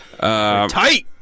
Tight